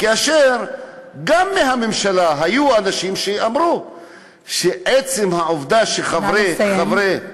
כאשר היו גם מהממשלה אנשים שאמרו שעצם העובדה שחברי,